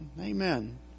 Amen